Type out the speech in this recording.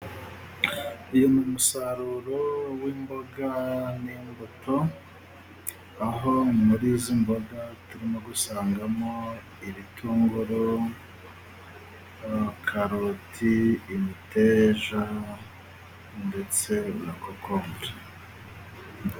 Uyu ni umusaruro w'imboga n'imbuto. Aho muri izi mboga turimo gusangamo ibitunguru, karoti, imiteja ndetse na kokombure.